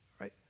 right